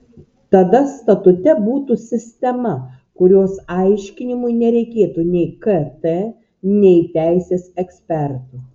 tada statute būtų sistema kurios aiškinimui nereikėtų nei kt nei teisės ekspertų